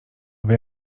aby